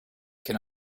can